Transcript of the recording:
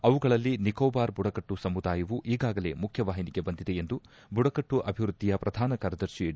ಅವುಗಳಲ್ಲಿ ನಿಕೋಬಾರ್ ಬುಡಕಟ್ಟು ಸಮುದಾಯವು ಈಗಾಗಲೆ ಮುಖ್ಯವಾಹಿನಿಗೆ ಬಂದಿದೆ ಎಂದು ಬುಡಕಟ್ಟು ಅಭಿವೃದ್ಧಿಯ ಪ್ರಧಾನ ಕಾರ್ಯದರ್ಶಿ ಡಿ